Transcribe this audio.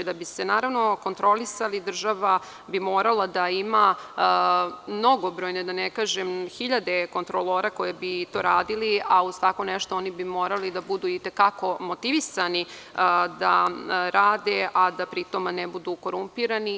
Da bi se kontrolisali, država bi morala da ima mnogobrojne, da ne kažem hiljade kontrolora koji bi to radili, a uz tako nešto oni bi morali da budui te kako motivisani da rade, a da pri tom ne budu korumpirani.